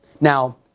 Now